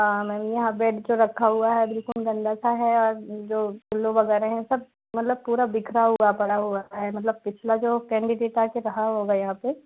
हाँ मैम यहाँ बेड जो रखा हुआ है बिलकुल गन्दा सा है जो वगैरह है सब मतलब बिखरा हुआ पड़ा हुआ है मतलब पिछला जो केंडिडेट आके रहा होगा यहाँ पे